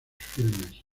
filmes